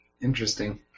Interesting